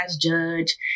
judge